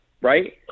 Right